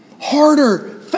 Harder